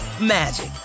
magic